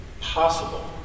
possible